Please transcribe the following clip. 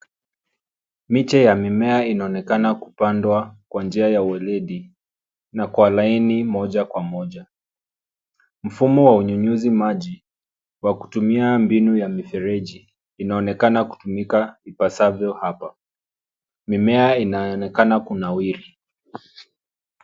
Miche ya mimea inaonekana kupandwa kwa njia ya ueledi na kwa laini moja kwa moja. Mfumo wa unyunyuzi maji kwa kutumia mbinu ya mifereji inaonekana kutumika ipasavyo hapa. Mimea inaonekana kunawiri.